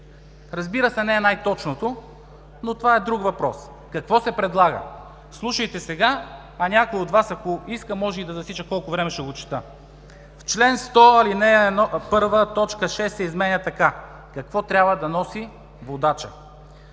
Разбира се, не е най-точното, но това е друг въпрос. Какво се предлага? Слушайте сега, а някой от Вас, ако иска, може да засече колко време ще го чета. „В чл. 100, ал. 1, т. 6 се изменя така – какво трябва да носи водачът